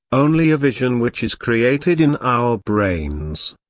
only a vision which is created in our brains.